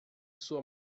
sua